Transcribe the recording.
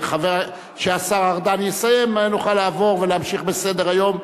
וכשהשר ארדן יסיים נוכל לעבור ולהמשיך בסדר-היום,